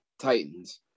Titans